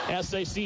SAC